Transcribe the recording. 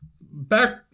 back